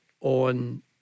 on